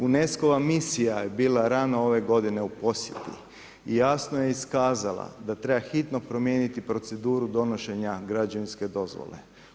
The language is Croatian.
UNESCO-va je bila rano ovo godine u posjeti i jasno je iskazala da treba hitno promijeniti proceduru donošenja građevinske dozvole.